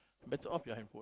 better off your handphone